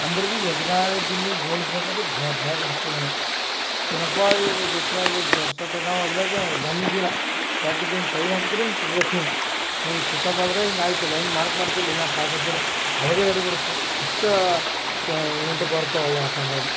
ಅಂದ್ರೆ ಬಿ ಎದುರಾಳಿ ಟೀಮಿಗೆ ಸೋಲಿಸ ಬೇಕಂದ್ರೆ ಭಯ ಭಯ ಪಡಿಸ್ತಿದಿವ್ ನಾವು ಏನಪ್ಪ ಇವ್ರ ಗ್ರುಪ್ನಾಗ ಇಷ್ಟು ಸೊಡ್ ಸೊಟ್ಟ ಅದಾವು ಅದ್ರಾಗ ಧಮ್ಮಿದೀರ ಸೊಟಿದಿಂಗೆ ಕೈ ಹಾಕಿದರೆ ಹಿಂಗೆ ಸಿಗ್ಬೇಕು ಹಿಂಗೆ ಹಿಂಗೆ ಪುಷಪ್ ಆದರೆ ಹಿಂಗೆ ಆಯ್ತು ಲೈನ್ ಮಾರ್ಕ್ ಮಾಡ್ತಿಲ್ಲ ಇನ್ನು ಪಾಸಾತಿಲ್ಲ ಅವಾಗೆ ಹಿಡ್ಬಿಡುತಿದ್ದೆ ಅಷ್ಟು ಶೇ ಇಮ್ನಿಟಿ ಪವರ್ ಪ ಒಳ್ಳೆ ಆಟ ಅಂದ್ರೆ ಅದು